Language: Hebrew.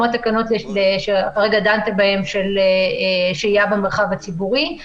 למשל התקנות שדנתם בהם לגבי שהייה במרחב הציבורי.